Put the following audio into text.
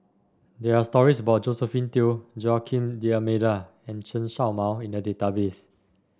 there are stories about Josephine Teo Joaquim D'Almeida and Chen Show Mao in the database